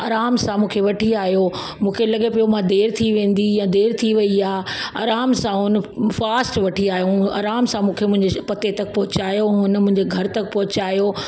आराम सां मूंखे वठी आहियो मूंखे लॻे पियो मां देरि थी वेंदी या देरि थी वई आहे आराम सां उन फास्ट वठी आयो मूं आराम सां मूंखे मुंहिंजे पते तक पहुचायो हुन मुंहिंजे घर तक पहुचायो